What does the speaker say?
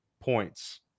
points